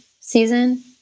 season